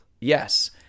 Yes